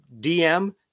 DM